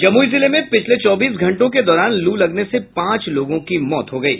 जमुई जिले में पिछले चौबीस घंटों के दौरान लू लगने से पांच लोगों की मौत हो गयी